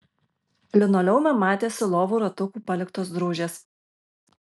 linoleume matėsi lovų ratukų paliktos drūžės